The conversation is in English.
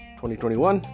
2021